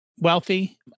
Wealthy